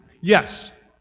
Yes